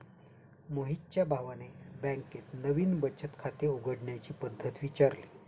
मोहितच्या भावाने बँकेत नवीन बचत खाते उघडण्याची पद्धत विचारली